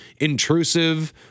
intrusive